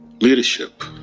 Leadership